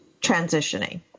transitioning